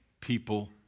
people